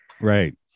Right